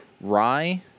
rye